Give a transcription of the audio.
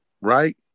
right